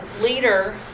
leader